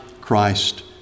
Christ